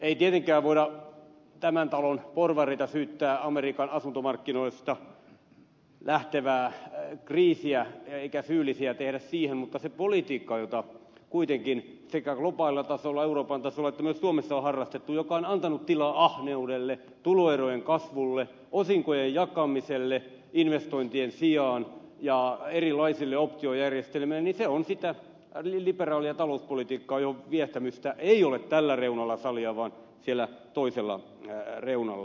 ei tietenkään voida tämän talon porvareita syyttää amerikan asuntomarkkinoista lähtevästä kriisistä eikä voi heistä tehdä syyllisiä siihen mutta se politiikka jota kuitenkin sekä globaalilla tasolla euroopan tasolla että myös suomessa on harrastettu joka on antanut tilaa ahneudelle tuloerojen kasvulle osinkojen jakamiselle investointien sijaan ja erilaisille optiojärjestelmille on sitä liberaalia talouspolitiikkaa johon viehtymystä ei ole tällä reunalla salia vaan siellä toisella reunalla